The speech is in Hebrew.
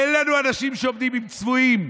אין לנו אנשים שעומדים עם צבועים.